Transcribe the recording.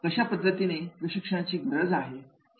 कशा पद्धतीच्या प्रशिक्षणाची गरज आहे